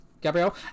Gabriel